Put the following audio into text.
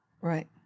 Right